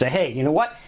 ah hey, you know what,